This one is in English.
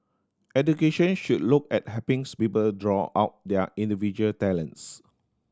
education should look at helpings people draw out their individual talents